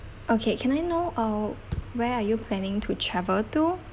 okay can I know uh where are you planning to travel to